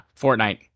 Fortnite